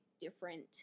different